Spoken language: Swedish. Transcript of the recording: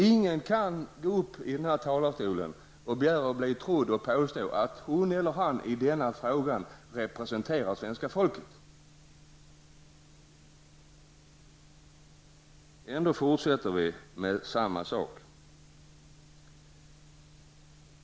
Ingen kan gå upp i denna talarstol och begära att bli trodd och påstå att hon eller han i denna fråga representerar svenska folket. Ändå fortsätter vi med samma sak.